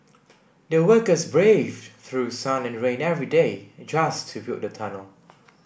the workers braved through sun and rain every day just to build the tunnel